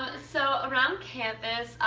ah so around campus.